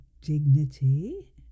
dignity